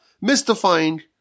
mystifying